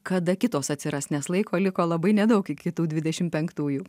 kada kitos atsiras nes laiko liko labai nedaug iki tų dvidešim penktųjų